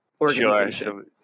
organization